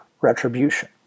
retribution